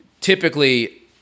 typically